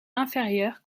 inférieur